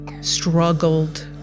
struggled